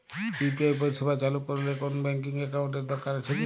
UPI পরিষেবা চালু করতে কোন ব্যকিং একাউন্ট এর কি দরকার আছে?